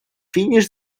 finish